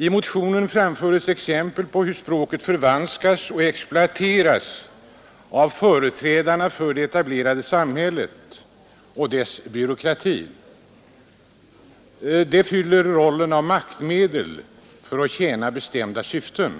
I motionen framförs exempel på hur språket förvanskas och exploateras av företrädarna för det etablerade samhället och dess byråkrati. Det fyller rollen av maktmedel för att tjäna bestämda syften.